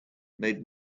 made